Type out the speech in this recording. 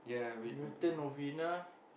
Newton Novena